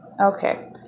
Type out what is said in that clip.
Okay